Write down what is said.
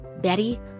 Betty